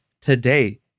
today